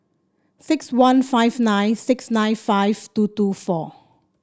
six one five nine six nine five two two four